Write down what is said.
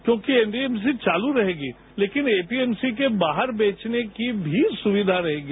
क्योंकि एमएसपी चालू रहेगी लेकिन एपीएमसी के बाहर बेचने की भी सुविधा रहेगी